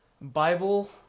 Bible